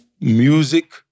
music